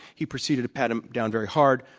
he proceeded to pat him down very hard.